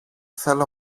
θέλω